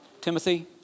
Timothy